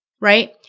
right